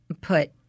put